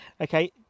okay